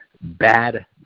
bad